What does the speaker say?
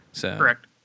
Correct